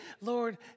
Lord